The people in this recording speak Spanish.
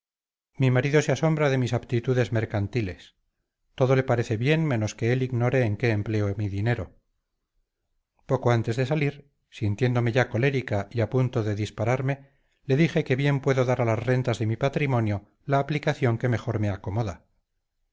mi marido se asombra de mis aptitudes mercantiles todo le parece bien menos que él ignore en qué empleo mi dinero poco antes de salir sintiéndome ya colérica y a punto de dispararme le dije que bien puedo dar a las rentas de mi patrimonio la aplicación que mejor me acomoda